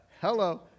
Hello